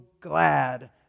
glad